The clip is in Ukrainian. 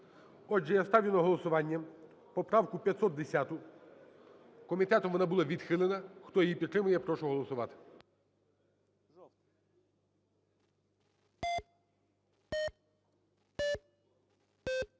Отже, я ставлю на голосування поправку 510. Комітетом вона була відхилена. Хто її підтримує, прошу голосувати.